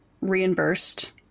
reimbursed